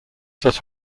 that